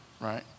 Right